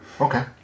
Okay